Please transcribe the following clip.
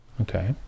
Okay